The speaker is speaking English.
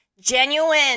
genuine